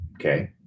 okay